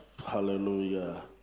Hallelujah